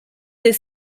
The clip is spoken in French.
des